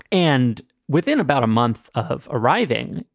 and within about a month of arriving,